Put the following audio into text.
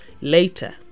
later